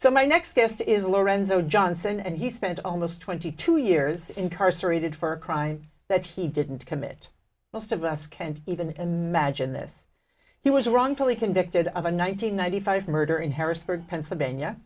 so my next guest is lorenzo johnson and he spent almost twenty two years incarcerated for a crime that he didn't commit most of us can't even imagine this he was wrongfully convicted of a nine hundred ninety five murder in harrisburg pennsylvania